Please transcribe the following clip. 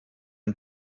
une